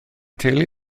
teulu